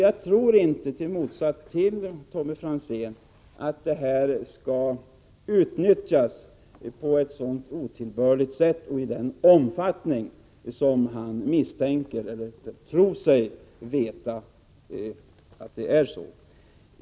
Jag tror inte — i motsats till Tommy Franzén — att den möjligheten utnyttjas på ett så otillbörligt sätt och i en sådan omfattning som han misstänker eller tror sig veta att det är fråga om.